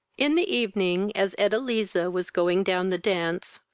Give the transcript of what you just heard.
in the evening, as edeliza was going down the dance,